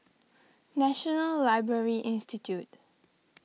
National Library Institute